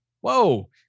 whoa